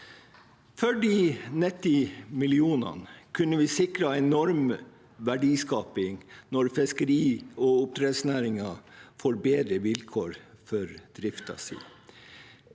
For de 90 mill. kr kunne vi sikret enorm verdiskaping – når fiskeri- og oppdrettsnæringen får bedre vilkår for driften